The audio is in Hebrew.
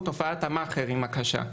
הוא תופעת המאכערים הקשה.